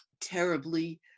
terribly